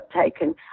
taken